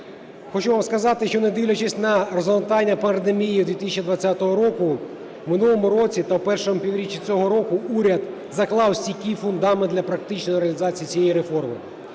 Хочу вам сказати, що, не дивлячись на розгортання пандемії 2020 року, в минулому році та в першому півріччі цього року уряд заклав стійкий фундамент для практичної реалізації цієї реформи.